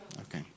Okay